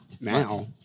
Now